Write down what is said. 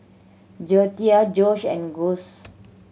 Joetta Jose and Gus